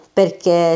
perché